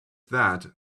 that